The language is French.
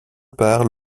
part